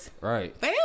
right